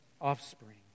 offspring